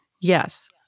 Yes